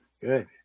good